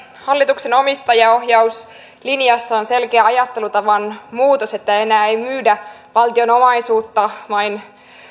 hallituksen omistajaohjauslinjassa on selkeä ajattelutavan muutos että enää ei myydä valtion omaisuutta vain